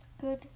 good